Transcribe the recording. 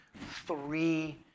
three